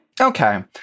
Okay